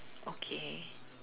okay